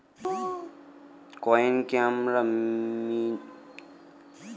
কয়েনকে আমরা বাংলাতে মুদ্রা বলি আর এটা মিন্টৈ তৈরী হয়